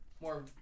more